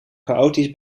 chaotisch